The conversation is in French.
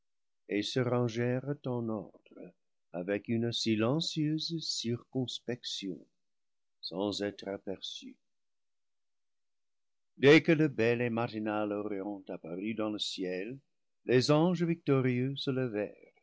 et se rangèrent en ordre avec une silencieuse circonspection sans être aperçus dès que le bel et matinal orient apparut dans le ciel les anges victorieux se